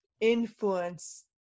influence